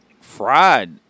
fried